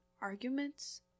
arguments